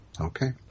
Okay